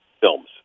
films